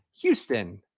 Houston